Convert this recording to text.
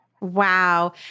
Wow